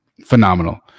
Phenomenal